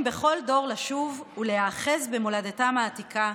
בכל דור לשוב ולהיאחז במולדתם העתיקה,